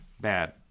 bad